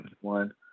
one